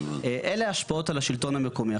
אלה ההשפעות על השלטון המקומי.